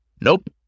Nope